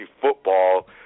football